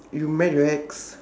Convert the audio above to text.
you met rex